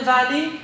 Valley